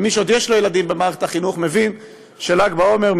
מי שעוד יש לו ילדים במערכת החינוך מבין של"ג בעומר,